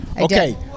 Okay